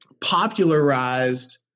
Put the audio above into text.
popularized